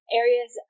areas